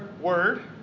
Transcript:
word